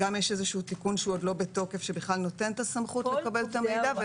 גם יש תיקון שהוא עוד לא בתוקף שנותן את הסמכות לקבל את המידע.